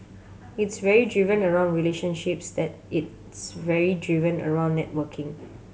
it's very driven around relationships that it's very driven around networking